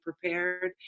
prepared